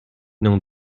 n’en